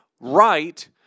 right